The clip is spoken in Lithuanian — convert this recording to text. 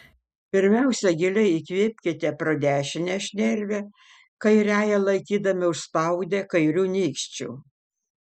pirmiausia giliai įkvėpkite pro dešinę šnervę kairiąją laikydami užspaudę kairiu nykščiu